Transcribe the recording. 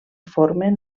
formen